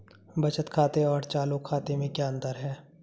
बचत खाते और चालू खाते में क्या अंतर है?